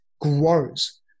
grows